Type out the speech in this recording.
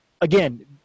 Again